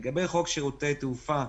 לגבי חוק שירותי תעופה,